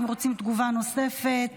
האם רוצים תגובה נוספת?